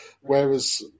whereas